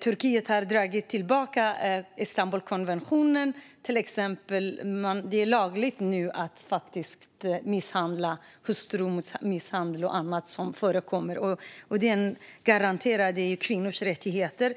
Turkiet har dragit tillbaka Istanbulkonventionen. Nu är det till exempel lagligt med hustrumisshandel och annat som förekommer. Den garanterade kvinnors rättigheter.